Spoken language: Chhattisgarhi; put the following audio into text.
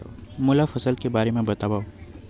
मोला फसल के बारे म बतावव?